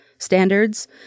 standards